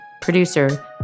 producer